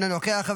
אינו נוכח,